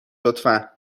لطفا